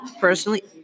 personally